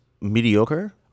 mediocre